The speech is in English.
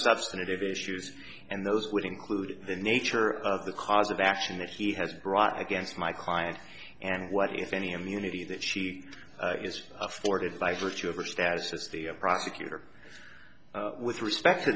substantive issues and those would include the nature of the cause of action that he has brought against my client and what if any of the unity that she is afforded by virtue of her status as the prosecutor with respect to